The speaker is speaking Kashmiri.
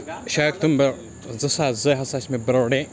سبتمبر زٕ ساس زٕ ہسا چھُ مےٚ بٔرٕتھ ڈیے